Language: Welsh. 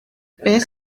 beth